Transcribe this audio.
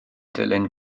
dilyn